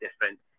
different